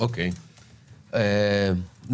תודה רבה.